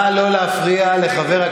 הדובר הבא,